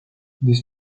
this